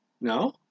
No